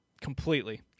Completely